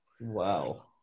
Wow